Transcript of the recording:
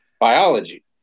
biology